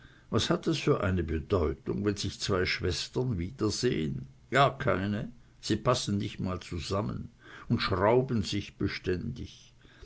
was hat es für eine bedeutung wenn sich zwei schwestern wiedersehen gar keine sie passen nicht mal zusammen und schrauben sich beständig